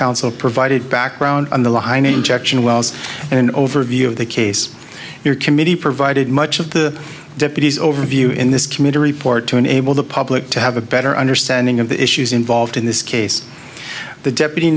counsel provided background on the line injection wells and an overview of the case your committee provided much of the deputy's overview in this committee report to enable the public to have a better understanding of the issues involved in this case the deputy